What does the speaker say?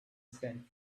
san